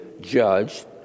judged